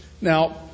Now